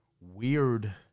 weird